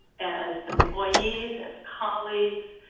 as employees, as colleagues,